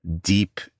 deep